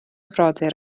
frodyr